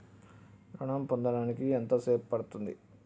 ఋణం పొందడానికి ఎంత సేపు పడ్తుంది?